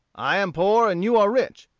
i am poor, and you are rich.